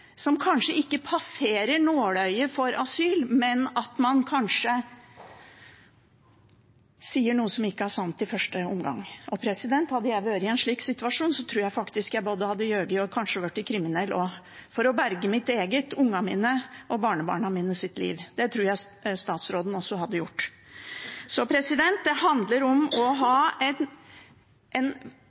som kanskje ikke passerer nåløyet for asyl, før man skjønner at man kanskje vil si noe som ikke er sant i første omgang. Hadde jeg vært i en slik situasjon, tror jeg faktisk jeg både hadde jugd og kanskje blitt kriminell også, for å berge mitt eget, ungene mine og barnebarna mine sitt liv. Det tror jeg statsråden også hadde gjort. Det handler om å ha en tilnærming til dette som ikke gjør at en